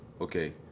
okay